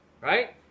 right